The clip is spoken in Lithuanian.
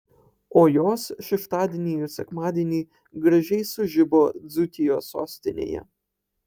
o jos šeštadienį ir sekmadienį gražiai sužibo dzūkijos sostinėje